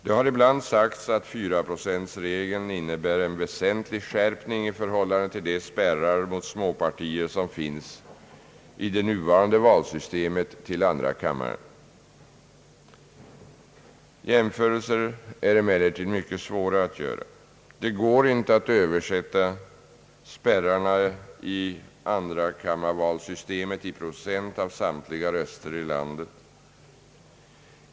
Det har ibland sagts att 4-procentregeln innebär en väsentlig skärpning i förhållande till de spärrar mot småpartier som finns i det nuvarande valsystemet till andra kammaren. Jämförelser är emellertid mycket svåra att göra. Det går inte att översätta spärrarna i andrakammarvalsystemet i procent av samtliga röster i landet.